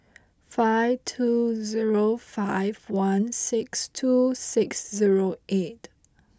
five two zero five one six two six zero eight